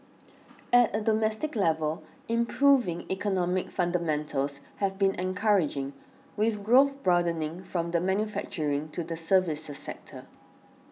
at a domestic level improving economic fundamentals have been encouraging with growth broadening from the manufacturing to the services sectors